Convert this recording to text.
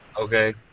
Okay